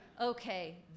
Okay